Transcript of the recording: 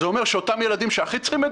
זה אומר שאותם ילדים שהכי צריכים את